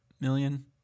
million